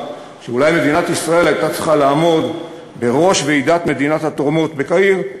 שאולי מדינת ישראל הייתה צריכה לעמוד בראש ועידת המדינות התורמות בקהיר,